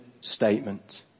statement